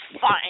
Fine